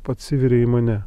atsiveria į mane